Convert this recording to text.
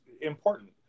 important